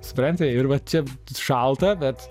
supranti ir va čia šalta bet